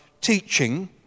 teaching